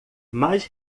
mais